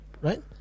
right